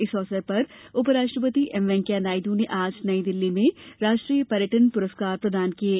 इस अवसर पर उपराष्ट्रपति एम वेंकैया नायडू ने आज नई दिल्ली में राष्ट्रीय पर्यटन पुरस्कार प्रदान किये